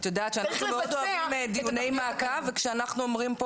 את יודעת שאנחנו עושים דיוני מעקב וכשאנחנו אומרים פה